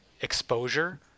exposure